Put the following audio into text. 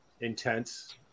intense